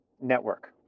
network